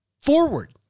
forward